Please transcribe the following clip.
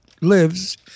lives